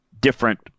different